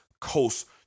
Coast